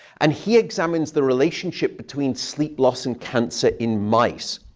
and he examines the relationship between sleep loss and cancer in mice.